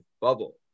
bubble